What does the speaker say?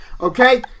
Okay